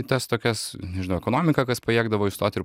į tas tokias nežinau į ekonomiką kas pajėgdavo įstot ir